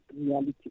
reality